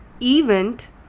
event